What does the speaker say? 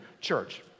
church